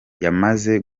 yamaze